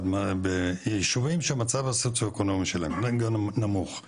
אבל ביישובים שהמצב הסוציואקונומי שלהם לגמרי נמוך,